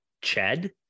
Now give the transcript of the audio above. chad